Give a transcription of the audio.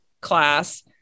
class